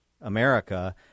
America